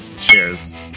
Cheers